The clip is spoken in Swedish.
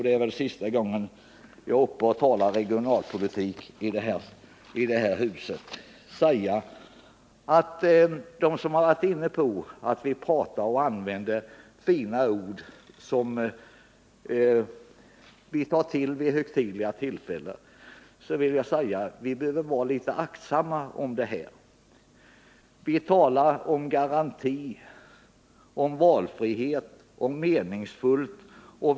Det är nog sista gången som jag är uppe och talar om regionalpolitik i det här huset. Det sägs ibland att vi politiker tar till fina ord vid högtidliga tillfällen. Vi talar om garanti, om valfrihet och om meningsfullhet, och vi använder uttrycket Vi flytt int.